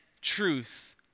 truth